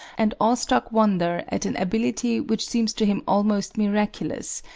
and awestruck wonder at an ability which seems to him almost miraculous,